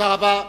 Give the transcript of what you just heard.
תודה רבה.